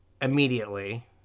immediately